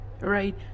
right